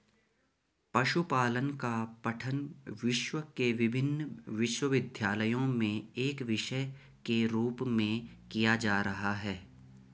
पशुपालन का पठन विश्व के विभिन्न विश्वविद्यालयों में एक विषय के रूप में किया जा रहा है